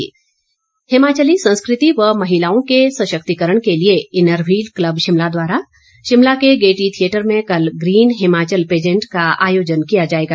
green Himachal Himachali संस्कृति व महिलाओं के सशक्तिकरण के लिए इनरव्हील क्लब शिमला द्वारा शिमला के गेयटी थिएटर में कल ग्रीन हिमाचल पेजेंट का आयोजन किया जाएगा